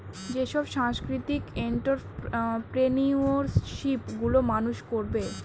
যেসব সাংস্কৃতিক এন্ট্ররপ্রেনিউরশিপ গুলো মানুষ করবে